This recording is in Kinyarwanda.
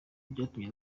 byatumye